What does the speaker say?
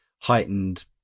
heightened